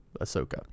Ahsoka